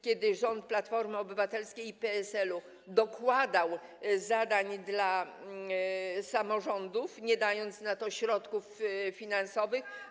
Kiedy rząd Platformy Obywatelskiej i PSL dokładał zadania samorządom, nie dając na to środków finansowych.